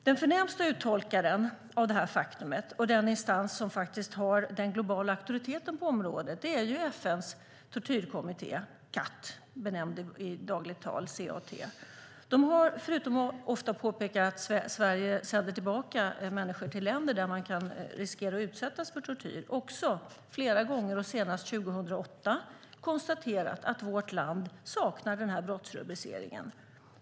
Den förnämsta uttolkaren av detta och den instans som har den globala auktoriteten på området är FN:s tortyrkommitté, benämnd CAT i dagligt tal. Förutom att de ofta påpekar att Sverige sänder tillbaka människor till länder där man kan riskera att utsättas för tortyr har de flera gånger och senast 2008 konstaterat att vårt land saknar denna brottsrubricering.